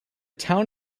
town